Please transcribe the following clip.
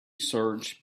search